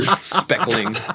speckling